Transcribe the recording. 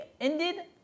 ended